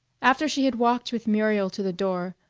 after she had walked with muriel to the door,